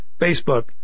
Facebook